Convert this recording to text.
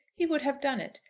he would have done it,